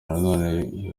nanone